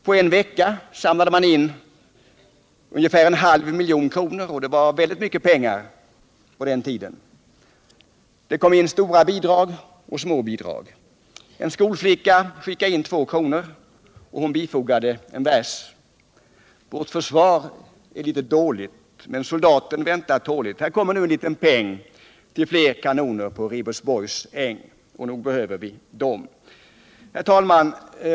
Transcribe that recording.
På en vecka samlade man in en halv miljon kronor, och det var mycket pengar på den tiden. Det kom in stora och små bidrag. En skolflicka skickade in 2 kr. och bifogade en vers: Vårt försvar är litet dåligt, men soldaten väntar tåligt. Här kommer nu en liten peng —- Och nog behövde vi de pengarna.